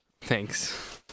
Thanks